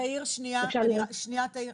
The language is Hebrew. תאיר, שנייה.